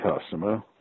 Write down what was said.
customer